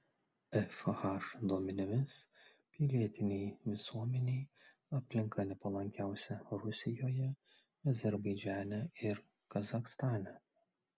fh duomenimis pilietinei visuomenei aplinka nepalankiausia rusijoje azerbaidžane ir kazachstane